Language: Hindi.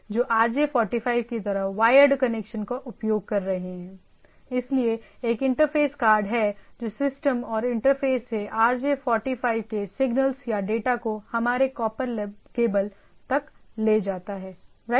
जो RJ 45 की तरह वायर्ड कनेक्शन का उपयोग कर रहे हैं इसलिए एक इंटरफ़ेस कार्ड है जो सिस्टम और इंटरफ़ेस से RJ 45 के सिगनल्स या डेटा को हमारे कॉपर केबल तक ले जाता है राइट